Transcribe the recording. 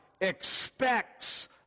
expects